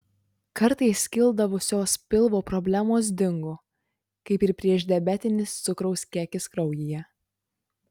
kartais kildavusios pilvo problemos dingo kaip ir priešdiabetinis cukraus kiekis kraujyje